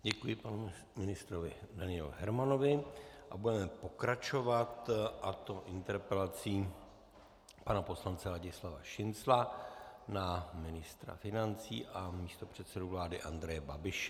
Děkuji panu ministrovi Danielu Hermanovi a budeme pokračovat, a to interpelací pana poslance Ladislava Šincla na ministra financí a místopředsedu vlády Andreje Babiše.